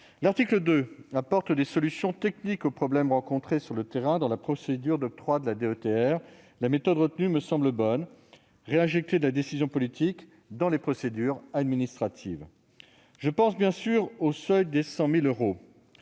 L'article 2 apporte des solutions techniques aux problèmes rencontrés sur le terrain dans la procédure d'octroi de la DETR. La méthode retenue me semble bonne : réinjecter de la décision politique dans les procédures administratives. Je pense bien sûr au seuil des 100 000 euros.